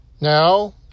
Now